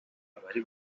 abari